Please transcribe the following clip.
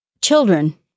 children